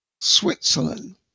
switzerland